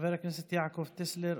חבר הכנסת יעקב טסלר,